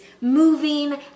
moving